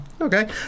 Okay